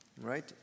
Right